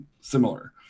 similar